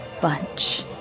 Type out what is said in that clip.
bunch